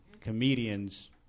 comedians